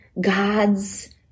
God's